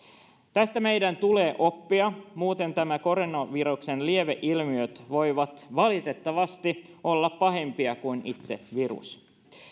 tästä meidän tulee oppia muuten koronaviruksen lieveilmiöt voivat valitettavasti olla pahempia kuin itse virus